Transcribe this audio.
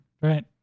Right